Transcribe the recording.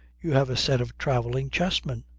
you have a set of travelling chessmen.